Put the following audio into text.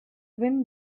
wind